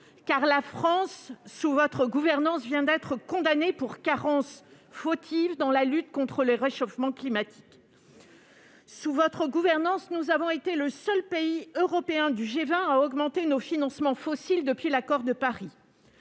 car la France, sous votre gouvernance, vient d'être condamnée pour carence fautive dans la lutte contre le changement climatique. Sous votre gouvernance, nous avons été le seul pays européen du G20 à augmenter nos financements fossiles depuis l'accord de Paris.